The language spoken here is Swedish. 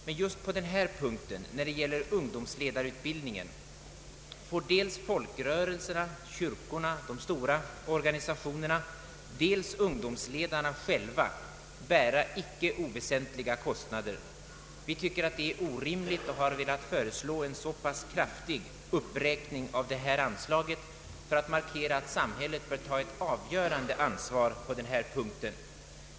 Men just på denna punkt när det rör sig om ungdomsledarutbildningen får dels folkrörelserna, kyrkorna och de stora organisationerna, dels ungdomsledarna själva bära inte oväsentliga kostnader. Vi tycker att detta är orimligt och har velat föreslå en så pass kraftig uppräkning av detta anslag för att markera att samhället bör ta ett avgörande ansvar på denna punkt.